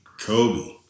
Kobe